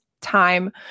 time